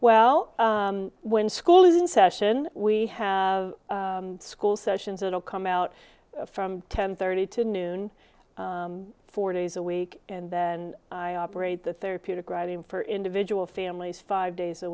well when school is in session we have school sessions it'll come out from ten thirty to noon four days a week and then i operate the therapeutic writing for individual families five days a